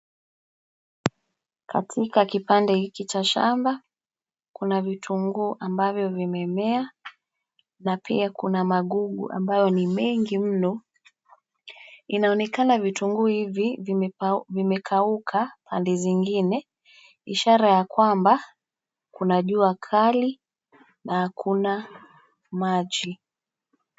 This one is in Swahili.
Katika kipande hiki cha shamba, kuna vitunguu ambavyo vimemea, na pia kuna magugu ambayo ni mengi mno, inaonekana vitunguu hivi vimekauka pande zingine, ishara ya kwamba, kuna jua kali, na hakuna, maji.